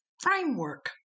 framework